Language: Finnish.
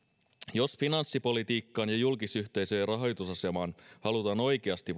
jos finanssipolitiikkaan ja julkisyhteisöjen rahoitusasemaan halutaan oikeasti